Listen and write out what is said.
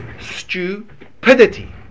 stupidity